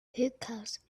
hookahs